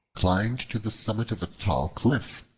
climbed to the summit of a tall cliff,